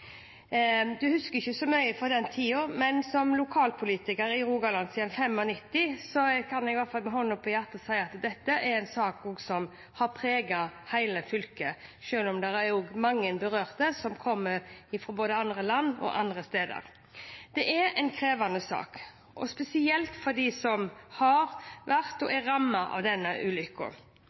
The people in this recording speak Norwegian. husker ikke så mye fra den tida, men som lokalpolitiker i Rogaland siden 1995 kan jeg i hvert fall med hånda på hjertet si at dette er en sak som har preget hele fylket, selv om det også er mange berørte som kommer fra andre land og andre steder. Det er en krevende sak, og spesielt for dem som har vært og er rammet av denne